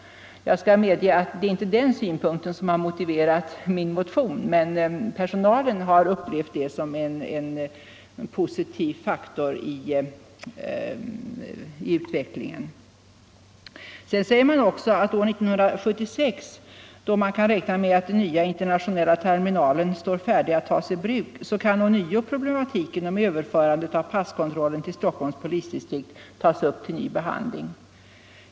Jag skall medge att det inte är med den synpunkten som jag har motiverat min motion, men personalen har upplevt det som en positiv faktor. Vidare säger man att år 1976, då den nya internationella terminalen kan beräknas stå färdig att tas i bruk, kan ånyo problematiken om överförandet av passkontrollen till Stockholms polisdistrikt tas upp till behandling.